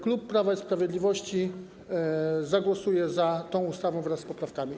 Klub Prawa i Sprawiedliwości zagłosuje za tą ustawą wraz z poprawkami.